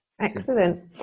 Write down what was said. Excellent